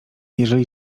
jeżeli